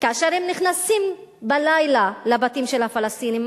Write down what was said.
כאשר הם נכנסים בלילה לבתים של הפלסטינים,